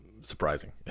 surprising